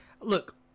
Look